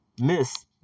Miss